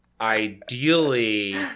ideally